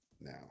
now